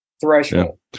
threshold